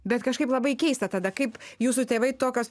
bet kažkaip labai keista tada kaip jūsų tėvai tokios